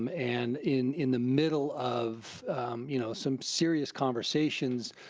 um and in in the middle of you know some serious conversations,